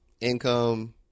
income